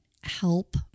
help